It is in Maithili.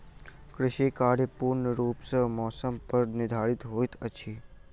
कृषि कार्य पूर्ण रूप सँ मौसम पर निर्धारित होइत अछि